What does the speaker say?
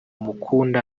mukunda